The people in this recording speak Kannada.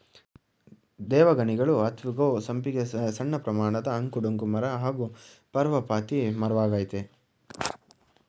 ದೇವಗಣಿಗಲು ಅತ್ವ ಗೋ ಸಂಪಿಗೆ ಸಣ್ಣಪ್ರಮಾಣದ ಅಂಕು ಡೊಂಕು ಮರ ಹಾಗೂ ಪರ್ಣಪಾತಿ ಮರವಾಗಯ್ತೆ